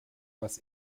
was